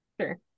sure